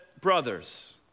brothers